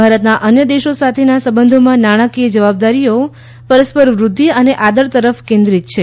ભારતના અન્ય દેશો સાથેના સંબંધોમાં નાણાકીય જવાબદારીઓ પરસ્પર વૃદ્ધિ અને આદર તરફ કેન્દ્રિત છે